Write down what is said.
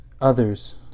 others